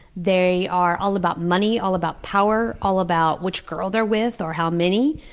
they are all about money, all about power, all about which girl they're with or how many,